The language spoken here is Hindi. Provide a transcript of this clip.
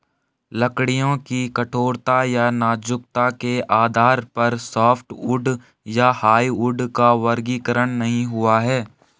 लकड़ियों की कठोरता या नाजुकता के आधार पर सॉफ्टवुड या हार्डवुड का वर्गीकरण नहीं हुआ है